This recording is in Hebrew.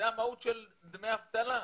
זה המהות של דמי אבטלה,